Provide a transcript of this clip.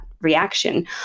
reaction